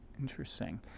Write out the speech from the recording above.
Interesting